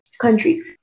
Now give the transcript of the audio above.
countries